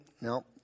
no